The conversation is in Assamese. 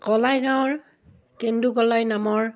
কলাইগাঁৱৰ কেন্দু কলাই নামৰ